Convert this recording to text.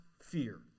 fear